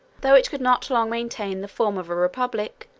though it could not long maintain the form of a republic,